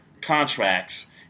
contracts